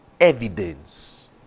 evidence